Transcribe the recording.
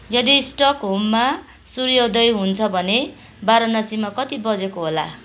यदि स्टकहोममा सूर्योदय हुन्छ भने वाराणसीमा कति बजेको होला